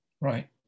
Right